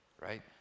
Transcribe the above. right